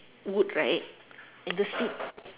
wood right and the seat